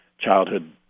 childhood